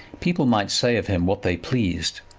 people might say of him what they pleased.